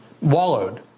wallowed